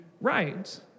right